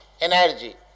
energy